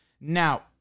Now